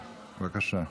בבקשה.